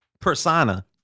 persona